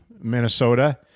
Minnesota